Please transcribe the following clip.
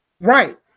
right